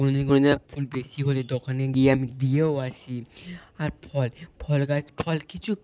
কোনও দিন কোনও দিনও ফুল বেশি হলে দোকানে গিয়ে আমি দিয়েও আসি আর ফল ফল গাছ ফল কিছু